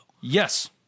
Yes